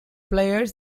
players